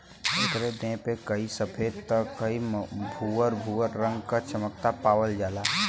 एकरे देह पे कहीं सफ़ेद त कहीं भूअर भूअर रंग क चकत्ता पावल जाला